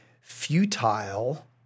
futile—